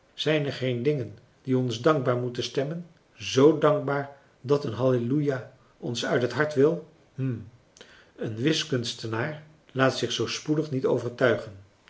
zijn er geen dingen die ons dankbaar moeten stemmen z dankbaar dat een halleluja ons uit het hart wil hm een wiskunstenaar laat zich zoo spoedig niet overtuigen